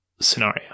scenario